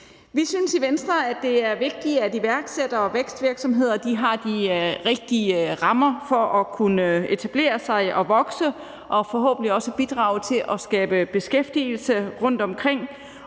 Vi synes i Venstre, at det er vigtigt, at iværksættere og vækstvirksomheder har de rigtige rammer for at kunne etablere sig og vokse og forhåbentlig også bidrage til at skabe beskæftigelse rundtomkring.